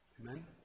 Amen